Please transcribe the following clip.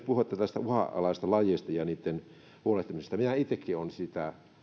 puhetta myös uhanalaisista lajeista ja niistä huolehtimisesta itsekin olen sitä